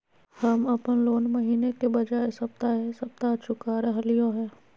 हम अप्पन लोन महीने के बजाय सप्ताहे सप्ताह चुका रहलिओ हें